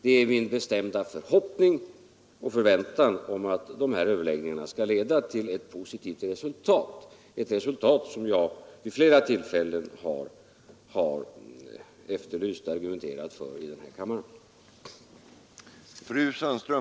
Det är min bestämda förhoppning och förväntan att dessa överläggningar skall leda till positivt resultat, ett resultat som jag vid flera tillfällen har efterlyst och argumenterat för här i kammaren.